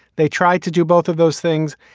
they tried to do both of those things.